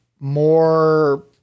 more